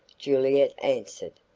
julietta answered,